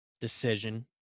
Decision